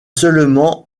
seulement